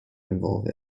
involve